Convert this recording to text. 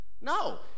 No